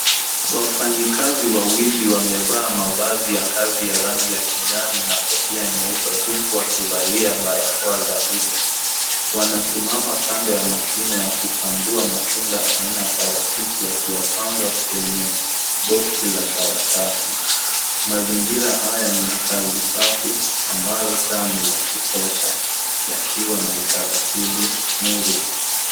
Wafanyikazi wawili wamevaa mavazi ya kazi ya rangi ya kijani na kofia nyeupe huku wakivalia barakoa za uso. Wanasimama kando ya mashine ya kuchambua matunda aina ya parachichi wakiyapanga kwenye boksi za karatasi. Mazingira haya ni ya kazi safi ambayo taa ni za kutosha yakiwa na utaratibu murwa.